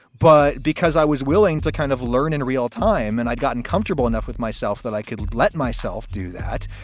but because i was willing to kind of learn in real time and i'd gotten comfortable enough with myself that i could let myself do that.